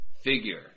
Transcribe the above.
figure